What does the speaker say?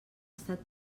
estat